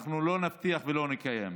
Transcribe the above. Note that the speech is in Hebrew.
אנחנו לא נבטיח ולא נקיים.